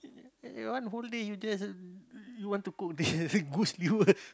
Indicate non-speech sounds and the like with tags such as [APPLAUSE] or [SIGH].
one whole day you just you want to cook this [LAUGHS]